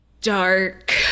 dark